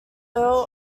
earl